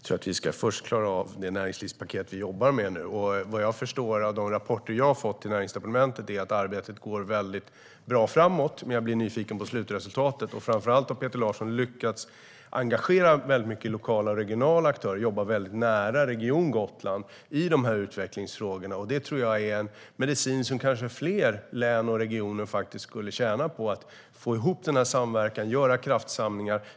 Fru talman! Jag tror att vi först ska klara av det näringslivspaket vi jobbar med nu. Vad jag förstår av de rapporter jag har fått till Näringsdepartementet går arbetet framåt väldigt väl. Jag är nyfiken på slutresultatet. Framför allt har Peter Larsson lyckats engagera många lokala och regionala aktörer och jobba nära Region Gotland i de här utvecklingsfrågorna. Det tror jag är en medicin som kanske fler län och regioner skulle tjäna på - att få ihop den här samverkan och göra kraftsamlingar.